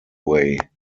way